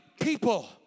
people